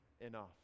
enough